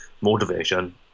Motivation